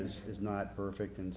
is is not perfect and